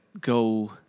go